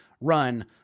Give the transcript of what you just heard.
run